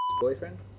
boyfriend